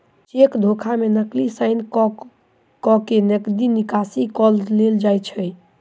cheque धोखा मे नकली साइन क के नगदी निकासी क लेल जाइत छै